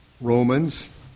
Romans